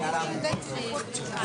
באחד ביוני 2023 פורסם דו"ח ה-OECD,